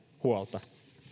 huolta